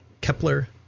Kepler